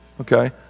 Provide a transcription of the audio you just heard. Okay